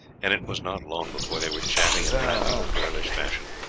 and it was not long before they were chatting and laughing in girlish fashion.